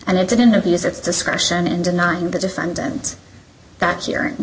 and it didn't use its discretion in denying the defendant that hearing